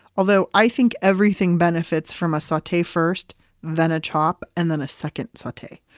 although, i think everything benefits from a saute first then a chop and then a second saute.